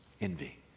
envy